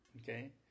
okay